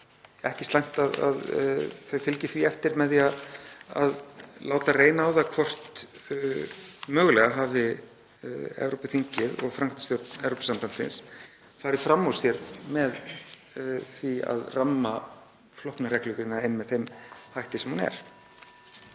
ekki slæmt að þau fylgi því eftir með því að láta reyna á það hvort mögulega hafi Evrópuþingið og framkvæmdastjórn Evrópusambandsins farið fram úr sér með því að ramma flokkunarreglugerðina inn með þeim hætti sem hún er.